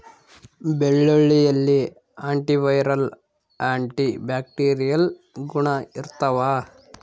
ಬೆಳ್ಳುಳ್ಳಿಯಲ್ಲಿ anti viral anti bacterial ಗುಣ ಇರ್ತಾವ